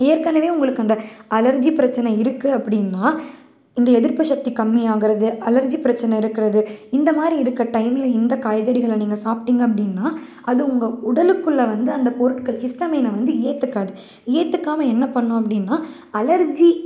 ஏற்கனவே உங்களுக்கு அந்த அலர்ஜி பிரச்சனை இருக்குது அப்படினா இந்த எதிர்ப்பு சக்தி கம்மியாகிறது அலர்ஜி பிரச்சனை இருக்கிறது இந்தமாதிரி இருக்கற டைமில் இந்த காய்கறிகளை நீங்கள் சாப்பிட்டிங்க அப்படின்னா அது உங்கள் உடலுக்குள்ளெ வந்து அந்த பொருட்கள் ஹிஸ்டமினை வந்து ஏற்றுக்காது ஏற்றுக்காம என்ன பண்ணும் அப்படின்னா அலர்ஜி